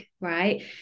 right